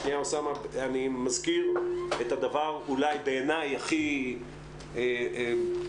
אני מזכיר את הדבר אולי בעיניי הכי קשה